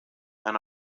and